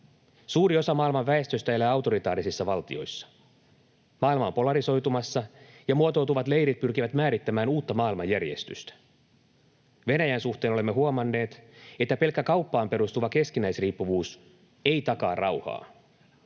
Suuri osa maailman väestöstä elää autoritaarisissa valtioissa. Maailma on polarisoitumassa, ja muotoutuvat leirit pyrkivät määrittämään uutta maailmanjärjestystä. Venäjän suhteen olemme huomanneet, että pelkkä kauppaan perustuva keskinäisriippuvuus ei takaa rauhaa.